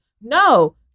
No